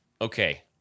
Okay